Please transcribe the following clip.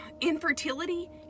infertility